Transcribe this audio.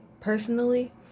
personally